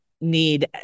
need